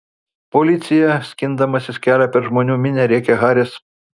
policija skindamasis kelią per žmonių minią rėkė haris